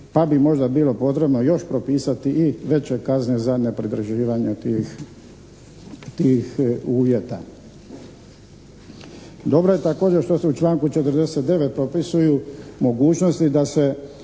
pa bi možda bilo potrebno još propisati i veće kazne za nepridržavanje tih uvjeta. Dobro je također što se u članku 49. opisuju mogućnosti da se